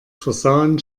versahen